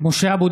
(קורא בשמות